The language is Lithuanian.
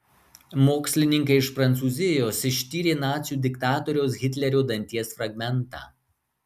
mokslininkai iš prancūzijos ištyrė nacių diktatoriaus hitlerio danties fragmentą